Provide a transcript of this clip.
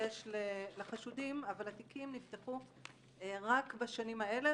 שיש לחשודים אבל התיקים נפתחו רק בשנים האלה,